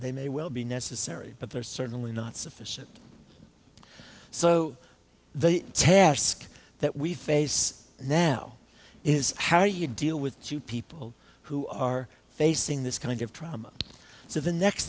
they may well be necessary but they're certainly not sufficient so the task that we face now is how do you deal with two people who are facing this kind of trauma so the next